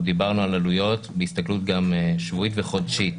אנחנו דיברנו על עלויות בהסתכלות גם שבועית וחודשית,